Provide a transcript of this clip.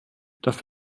darf